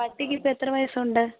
പട്ടിക്കിപ്പം എത്ര വയസ്സുണ്ട്